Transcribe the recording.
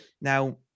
Now